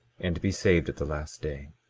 and be saved at the last day.